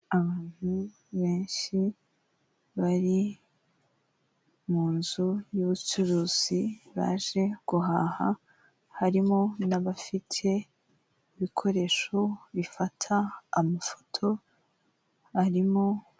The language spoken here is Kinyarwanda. Abantu benshi bari mu nzu y'ubucuruzi baje guhaha, harimo n'abafite ibikoresho bifata amafoto arimo.